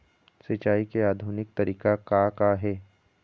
सिचाई के आधुनिक तरीका का का हे?